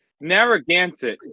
Narragansett